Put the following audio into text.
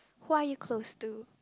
who are you close to